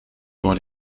door